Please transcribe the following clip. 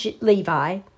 Levi